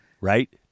Right